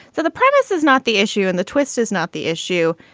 the the premise is not the issue and the twist is not the issue.